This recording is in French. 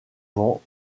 vent